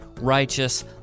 righteous